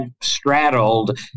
straddled